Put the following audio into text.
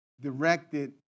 directed